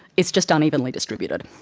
it's just unevenly distributed.